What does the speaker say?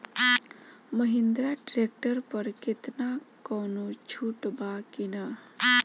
Mahindra tractor पर केतना कौनो छूट बा कि ना?